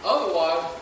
Otherwise